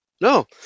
no